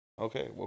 Okay